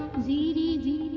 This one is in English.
the the